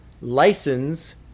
license